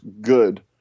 good